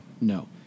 No